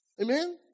Amen